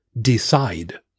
decide